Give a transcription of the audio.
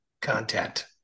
content